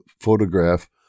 photograph